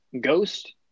Ghost